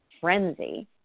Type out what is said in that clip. frenzy